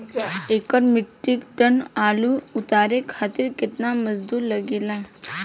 एक metric ton आलू उतारे खातिर केतना मजदूरी लागेला?